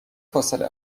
فاصله